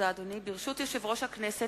ברשות יושב-ראש הכנסת,